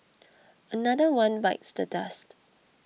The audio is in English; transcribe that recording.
another one bites the dust